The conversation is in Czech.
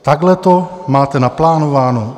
Takhle to máte naplánováno?